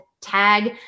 tag